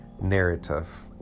narrative